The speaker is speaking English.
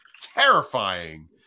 terrifying